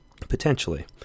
potentially